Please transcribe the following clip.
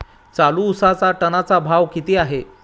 चालू उसाचा टनाचा भाव किती आहे?